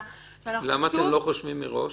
למה אתם לא חושבים מראש?